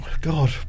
God